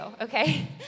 okay